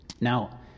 now